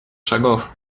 шагов